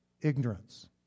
ignorance